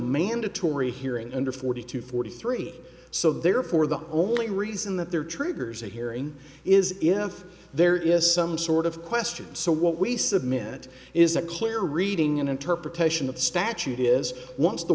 mandatory hearing under forty two forty three so therefore the only reason that there triggers a hearing is if there is some sort of question so what we submit is a clear reading and interpretation of the statute is once the